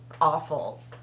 awful